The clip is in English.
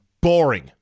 Boring